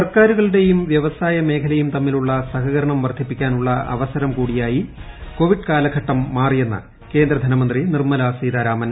സർക്കാരുകളും വൃവസായ മേഖലയും തമ്മിലുള്ള സഹകരണം വർധിപ്പിക്കാനുള്ള അവസരം കൂടിയായി കോവിഡ് കാലഘട്ടം മാറിയെന്ന് കേന്ദ്ര ധനമന്ത്രി നിർമല സീതാരാമൻ